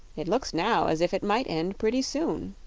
it looks now as if it might end pretty soon,